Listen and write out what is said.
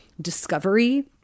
discovery